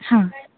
हां